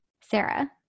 Sarah